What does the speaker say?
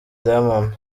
diamond